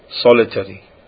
solitary